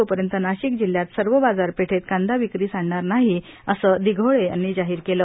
तोपर्यंत नाशिक जिल्ह्यात सर्व बाजार पेठेत कांदा विक्रीस आणणार नाही असे दिघोळे यांनी जाहीर केले